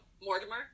Mortimer